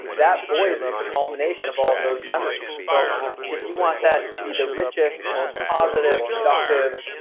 that voice is the culmination of all those memories and so if you want that to be the richest, most positive, productive,